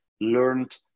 learned